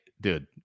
Dude